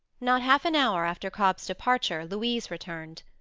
not half an hour after cobb's departure louise returned.